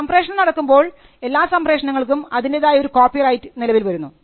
ഒരു സംപ്രേഷണം നടക്കുമ്പോൾ എല്ലാ സംപ്രേഷണങ്ങൾക്കും അതിൻറെതായ ഒരു കോപ്പി റൈറ്റ് നിലവിൽ വരുന്നു